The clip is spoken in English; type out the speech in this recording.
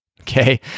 okay